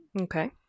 Okay